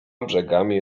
brzegami